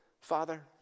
Father